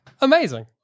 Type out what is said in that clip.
Amazing